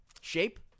Shape